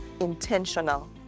intentional